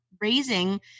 raising